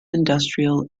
industrial